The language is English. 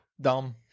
dumb